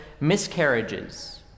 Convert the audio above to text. miscarriages